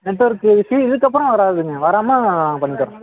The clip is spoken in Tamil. நெட்வொர்க் இஷ்யூ இதுக்கப்புறோம் வராதுங்க வராமல் பண்ணித் தர்றோம்